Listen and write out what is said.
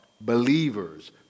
believers